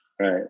Right